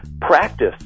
practice